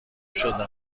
شده